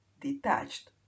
DETACHED